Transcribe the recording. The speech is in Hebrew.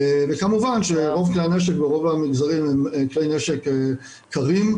כמובן שרוב כלי הנשק ברוב המגזרים הם כלי נשק קרים,